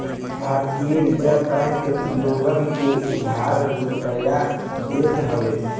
भारतीय Reserve Bank लोगन के उधार रुपिया देत हवे